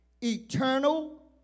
eternal